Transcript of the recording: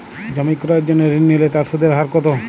জমি ক্রয়ের জন্য ঋণ নিলে তার সুদের হার কতো?